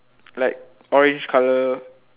like orange colour